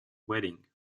wedding